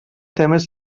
temes